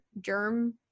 germ